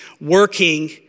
working